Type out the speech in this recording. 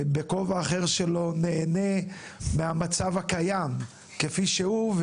בכובע אחר שלו נהנה מהמצב הקיים כפי שהוא,